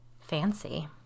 Fancy